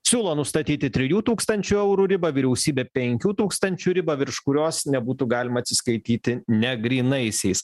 siūlo nustatyti trijų tūkstančių eurų ribą vyriausybė penkių tūkstančių ribą virš kurios nebūtų galima atsiskaityti negrynaisiais